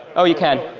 ah you can.